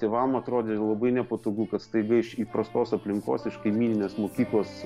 tėvam atrodė labai nepatogu kad staiga iš įprastos aplinkos iš kaimyninės mokyklos